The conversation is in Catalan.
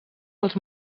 dels